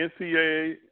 NCAA